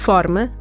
Forma